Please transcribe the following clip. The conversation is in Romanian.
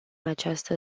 această